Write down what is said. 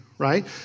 right